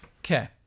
Okay